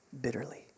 bitterly